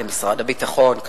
למשרד הביטחון.